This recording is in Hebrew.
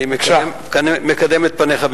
אני מקדם את פניך בברכה.